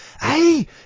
hey